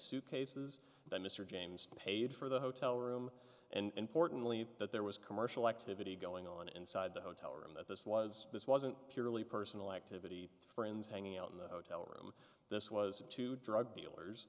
suitcases that mr james paid for the hotel room and portly that there was commercial activity going on inside the hotel room that this was this wasn't purely personal activity friends hanging out in the hotel room this was two drug dealers